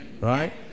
Right